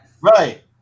right